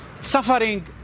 suffering